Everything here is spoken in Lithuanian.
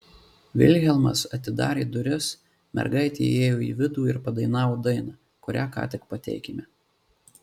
vilhelmas atidarė duris mergaitė įėjo į vidų ir padainavo dainą kurią ką tik pateikėme